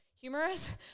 humorous